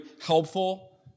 helpful